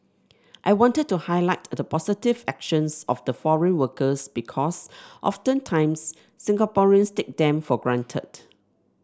I wanted to highlight the positive actions of the foreign workers because oftentimes Singaporeans take them for granted